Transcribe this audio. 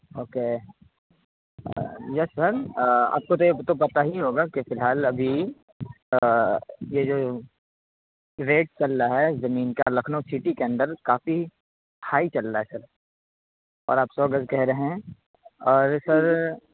okay yes sir آپ کو تو پتا ہی ہوگا کہ فی الحال ابھی یہ جو ریٹ چل رہا ہے زمین کا لکھنؤ سٹی کے اندر کافی ہائی چل رہا ہے سر اور آپ سو گز کہہ رہے ہیں اور سر